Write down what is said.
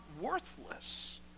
worthless